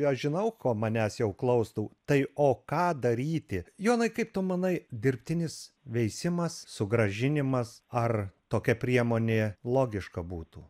aš žinau ko manęs jau klaustų tai o ką daryti jonai kaip tu manai dirbtinis veisimas sugrąžinimas ar tokia priemonė logiška būtų